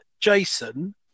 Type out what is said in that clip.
Jason